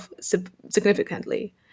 significantly